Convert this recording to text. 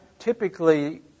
typically